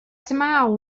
smile